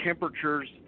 temperatures